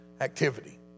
activity